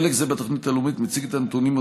בחלק זה של התוכנית הלאומית מוצגים הנתונים על